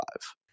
five